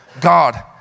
God